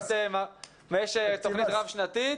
יש תוכנית רב-שנתית